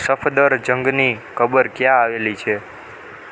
સફદરજંગની કબર ક્યાં આવેલી છે